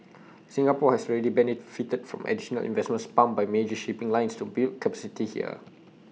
Singapore has already benefited from additional investments pumped by major shipping lines to build capacity here